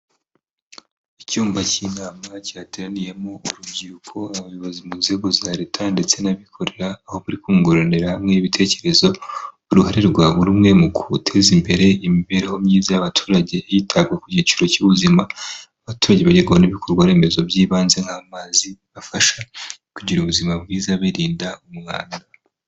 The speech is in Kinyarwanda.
Icyumba cy'inama cyateraniyemo urubyiruko, abayobozi mu nzego za leta ndetse n'abikorera aho bari kunguranira hamwe ibitekerezo, uruhare rwa buri rumwe mu guteza imbere imibereho myiza y'abaturage hitabwa ku cyiciro cy'ubuzima abaturage bagezwaho ibikorwa remezo by'ibanze, nk'amazi afasha kugira ubuzima bwiza birinda umwanda.